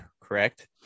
correct